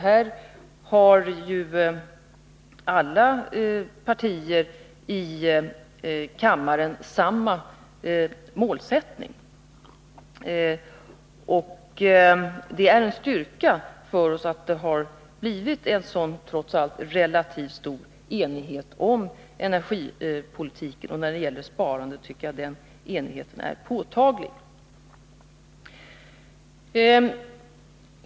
Här har ju alla partier i kammaren samma målsättning. Det är en styrka för oss att det har blivit en så trots allt relativt stor enighet om energipolitiken, och när det gäller sparandet tycker jag den enigheten är påtaglig.